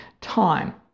time